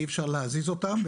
אי אפשר להזיז אותם.